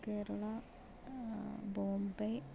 Kerala Bombay